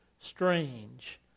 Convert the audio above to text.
strange